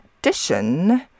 addition